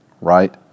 right